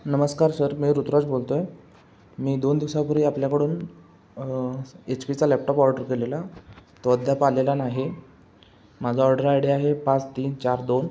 नमस्कार सर मी ऋतुराज बोलतो आहे मी दोन दिवसांपूर्वी आपल्याकडून एच पीचा लॅपटॉप ऑर्डर केलेला तो अद्याप आलेला नाही माझा ऑर्डर आय डी आहे पाच तीन चार दोन